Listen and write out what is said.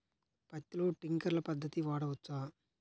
పత్తిలో ట్వింక్లర్ పద్ధతి వాడవచ్చా?